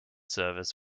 service